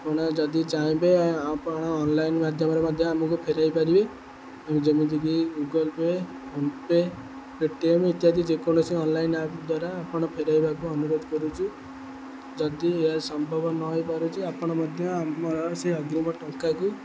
ଆପଣ ଯଦି ଚାହିଁବେ ଆପଣ ଅନ୍ଲାଇନ୍ ମାଧ୍ୟମରେ ମଧ୍ୟ ଆମକୁ ଫେରାଇ ପାରିବେ ଯେମିତିକି Google Pay PhonePe Paytm ଇତ୍ୟାଦି ଯେକୌଣସି ଅନ୍ଲାଇନ୍ ଆପ୍ ଦ୍ୱାରା ଆପଣ ଫେରାଇବାକୁ ଅନୁରୋଧ କରୁଛୁ ଯଦି ଏହା ସମ୍ଭବ ନ ହେଇପାରୁଛି ଆପଣ ମଧ୍ୟ ଆମର ସେ ଅଗ୍ରୀମ ଟଙ୍କାକୁ